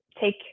take